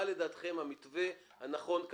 מה לדעתכם הוא המתווה הנכון.